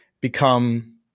become